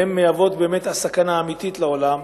הן מהוות באמת את הסכנה האמיתית לעולם,